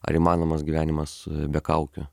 ar įmanomas gyvenimas be kaukių